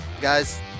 Guys